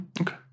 Okay